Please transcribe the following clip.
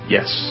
Yes